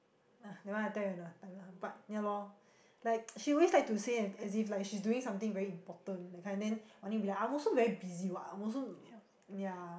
ugh that one I tell you another time lah but yeah like she always like to say as if like she's doing something very important that kind of thing then Wan-Ning will be like I'm also very busy [what] I'm also yeah